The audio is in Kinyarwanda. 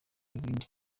ibindi